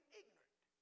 ignorant